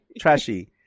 Trashy